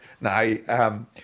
No